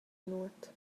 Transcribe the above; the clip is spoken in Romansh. nuot